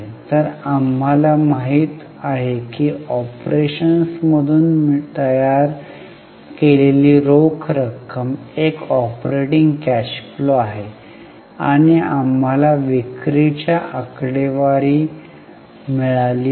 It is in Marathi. तर आम्हाला माहिती आहे की ऑपरेशन्समधून तयार केलेली रोख रक्कम एक ऑपरेटिंग कॅश फ्लो आहे आणि आम्हाला विक्रीच्या आकडेवारी मिळाली आहेत